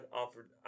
offered